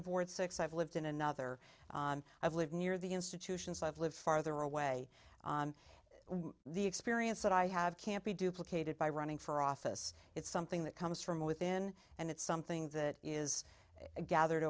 of ward six i've lived in another i've lived near the institutions i've lived farther away the experience that i have can't be duplicated by running for office it's something that comes from within and it's something that is gathered